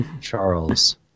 Charles